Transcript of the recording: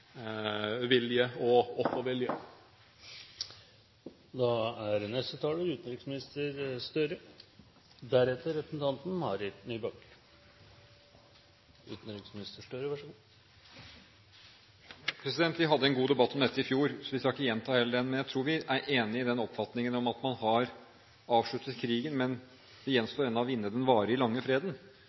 og kompromissets vilje og offervilje. Vi hadde en god debatt om dette i fjor, så vi skal ikke gjenta hele den. Jeg tror vi er enige i den oppfatningen om at man har avsluttet krigen, men det gjenstår ennå å vinne den varige, lange freden.